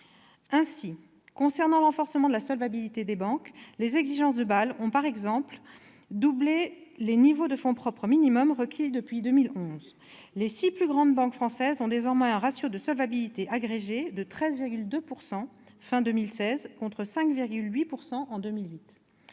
Ainsi, concernant le renforcement de la solvabilité des banques, les exigences de Bâle ont, par exemple, doublé les niveaux de fonds propres minimum requis depuis 2011. Les six plus grandes banques françaises ont désormais un ratio de solvabilité agrégé de 13,2 % fin 2016, contre 5,8 % en 2008.